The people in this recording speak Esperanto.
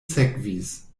sekvis